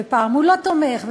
ופעם הוא לא תומך,